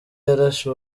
yarashe